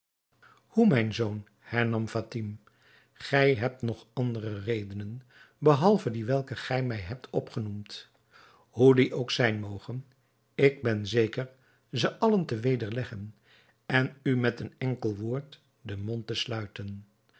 hoe mijn zoon hernam fatime gij hebt nog andere redenen behalve die welke gij mij hebt opgenoemd hoe die ook zijn mogen ik ben zeker ze allen te wederleggen en u met een enkel woord den mond te sluiten